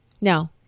no